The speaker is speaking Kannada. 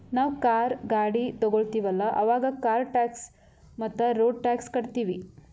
ನಾವ್ ಕಾರ್, ಗಾಡಿ ತೊಗೋತೀವಲ್ಲ, ಅವಾಗ್ ಕಾರ್ ಟ್ಯಾಕ್ಸ್ ಮತ್ತ ರೋಡ್ ಟ್ಯಾಕ್ಸ್ ಕಟ್ಟತೀವಿ